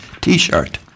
t-shirt